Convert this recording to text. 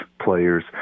players